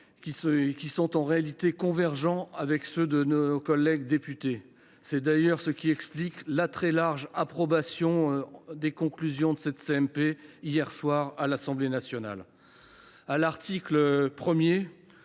qui sont en réalité convergents avec ceux de nos collègues députés. C’est d’ailleurs ce qui explique la très large approbation des conclusions de la commission mixte paritaire, hier soir, à l’Assemblée nationale.